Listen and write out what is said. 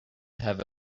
have